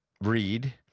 read